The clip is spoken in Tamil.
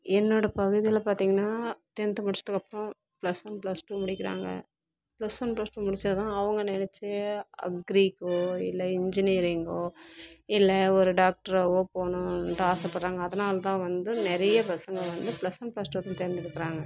என்னோடய பகுதியில் பார்த்திங்னா டென்த் முடிச்சதுக்கு அப்புறோ பிளஸ் ஒன் பிளஸ்டூ முடிக்கிறாங்க பிளஸ் ஒன் பிளஸ்டூ முடிச்சால்தான் அவங்க நினச்ச அக்ரிக்கோ இல்லை என்ஜினியரிங்கோ இல்ல ஒரு டாக்ட்ராவோ போகணும்டு ஆசைப்படுறாங்க அதனால தான் வந்து நிறைய பசங்க வந்து பிளஸ் ஒன் பிளஸ் டூ தேர்ந்தெடுக்குறாங்க